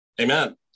Amen